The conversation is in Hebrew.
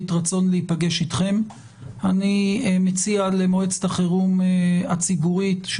רצון להיפגש איתכם אני מציע למועצת החירום הציבורית,